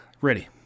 ready